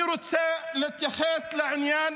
אני רוצה להתייחס לעניין